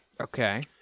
Okay